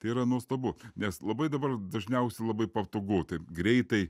tai yra nuostabu nes labai dabar dažniausiai labai patogu taip greitai